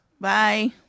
Bye